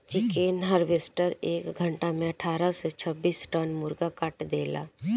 chicken harvester एक घंटा में अठारह से छब्बीस टन मुर्गा काट देला